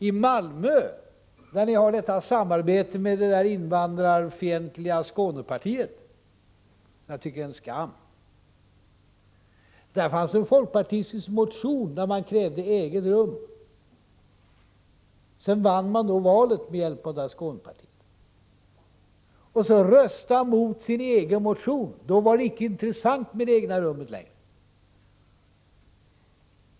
I Malmö, där man har detta samarbete med det invandrarfientliga Skånepartiet som jag tycker är en skam, fanns det en folkpartistisk motion där man krävde eget rum. Sedan vann man valet med hjälp av Skånepartiet, och därefter röstade man mot sin egen motion. Då var det icke intressant med det egna rummet längre.